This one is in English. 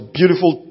beautiful